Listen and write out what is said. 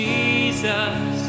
Jesus